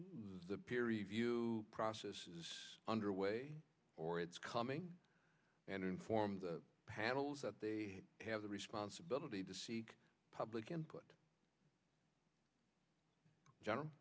the peer review process is underway or it's coming and inform the panels that they have the responsibility to seek public input general